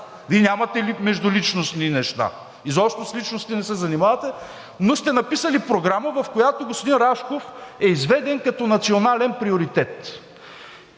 Вие нямате ли междуличностни неща? Изобщо с личности не се занимавате, но сте написали програма, в която господин Рашков е изведен като национален приоритет.